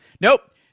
Nope